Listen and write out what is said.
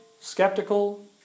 Skeptical